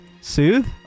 Soothe